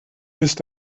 ist